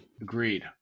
Agreed